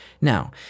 now